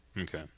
Okay